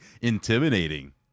intimidating